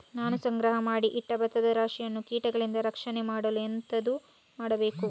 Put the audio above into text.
ನಾನು ಸಂಗ್ರಹ ಮಾಡಿ ಇಟ್ಟ ಭತ್ತದ ರಾಶಿಯನ್ನು ಕೀಟಗಳಿಂದ ರಕ್ಷಣೆ ಮಾಡಲು ಎಂತದು ಮಾಡಬೇಕು?